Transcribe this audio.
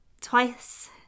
Twice